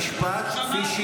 תמשיך.